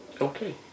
Okay